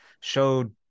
showed